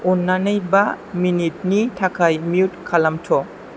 अन्नानै बा मिनिटनि थाखाय म्युट खालामथ'